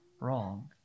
wrong